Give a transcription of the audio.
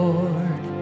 Lord